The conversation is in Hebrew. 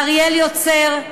לאריאל יוצר,